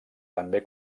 també